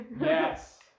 yes